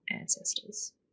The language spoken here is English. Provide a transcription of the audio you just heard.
ancestors